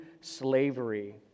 slavery